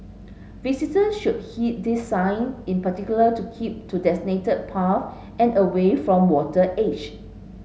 visitor should heed these sign in particular to keep to designated paths and away from water edge